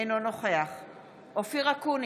אינו נוכח אופיר אקוניס,